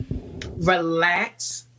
relax